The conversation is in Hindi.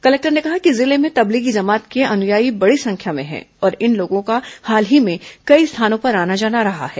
कलेक्टर ने कहा कि जिले में तबलीगी जमात के अनुयायी बड़ी संख्या में है और इन लोगों का हाल ही में कई स्थानों पर आना जाना रहा है